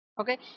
okay